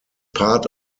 part